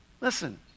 Listen